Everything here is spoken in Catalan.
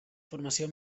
formació